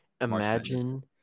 Imagine